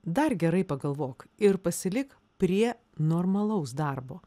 dar gerai pagalvok ir pasilik prie normalaus darbo